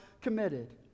committed